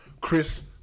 Chris